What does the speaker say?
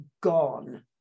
gone